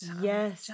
Yes